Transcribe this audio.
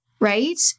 right